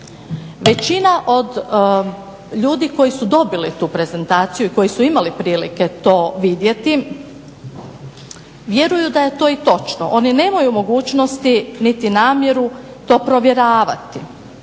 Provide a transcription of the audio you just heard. Većina od ljudi koji su dobili tu prezentaciju i koji su imali prilike to vidjeti vjeruju da je to i točno. Oni nemaju mogućnosti niti namjeru to provjeravati